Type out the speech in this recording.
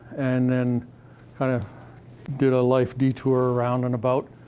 and then kind of did a life detour around and about,